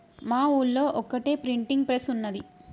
మా ఊళ్లో ఒక్కటే ప్రింటింగ్ ప్రెస్ ఉన్నది